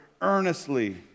earnestly